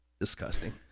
disgusting